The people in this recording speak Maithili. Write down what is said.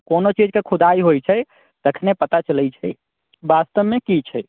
कोनो चीजके खोदाइ होइत छै तखने पता चलैत छै वास्तवमे की छै